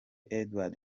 edouard